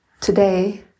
today